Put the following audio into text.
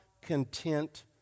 content